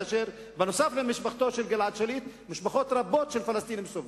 כאשר בנוסף למשפחתו של גלעד שליט משפחות רבות של פלסטינים סובלות,